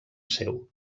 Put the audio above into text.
seu